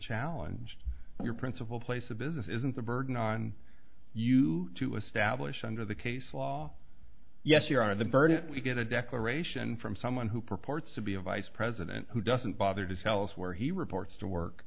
challenge your principal place of business is a burden on you to establish under the case law yes your honor the burden we get a declaration from someone who purports to be a vice president who doesn't bother to tell us where he reports to work